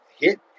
hit